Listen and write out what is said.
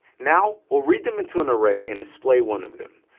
now, we'll read them into an array and display one of them,